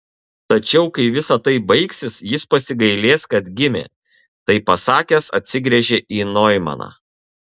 tačiau kai visa tai baigsis jis pasigailės kad gimė tai pasakęs atsigręžė į noimaną